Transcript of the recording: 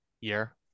year